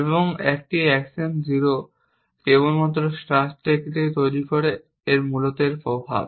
এবং একটি 0 অ্যাকশন কেবল স্টার্ট স্টেট তৈরি করে মূলত এর প্রভাব